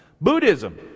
Buddhism